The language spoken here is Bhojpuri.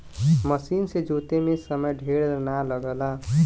मसीन से जोते में समय ढेर ना लगला